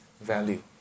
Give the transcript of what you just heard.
value